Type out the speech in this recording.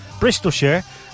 Bristolshire